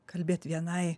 kalbėt vienai